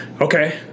Okay